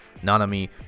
Nanami